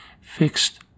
fixed